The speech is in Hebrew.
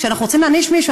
כשאנחנו רוצים להעניש מישהו,